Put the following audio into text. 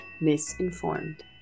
misinformed